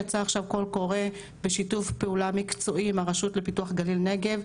יצא עכשיו קול קורא בשיתוף פעולה מקצועי עם הרשות לפיתוח גליל-נגב,